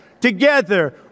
together